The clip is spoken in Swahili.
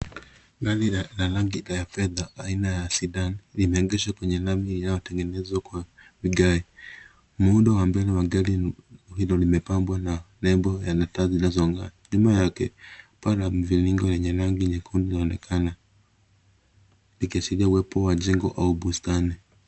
Gari la rangi ya fedha aina ya Sedan, limeegeshwa kwenye lami iliyotengenezwa kwa vigae. Muundo wa mbele wa gari hilo limepambwa na lebo na taa zinazong'aa. Nyuma yake, paa la mviringo lenye rangi nyekundu linaoneka, likiashiria uwepo wa jengo au bustani.